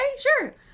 Sure